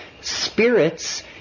spirits